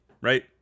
right